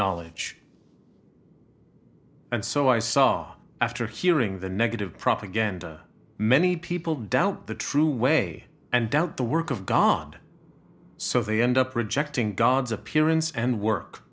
knowledge and so i saw after hearing the negative propaganda many people doubt the true way and doubt the work of god so they end up rejecting god's appearance and work